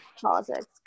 politics